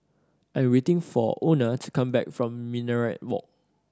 I'm waiting for Ona to come back from Minaret Walk